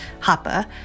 Hapa